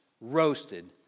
roasted